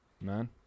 man